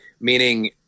meaning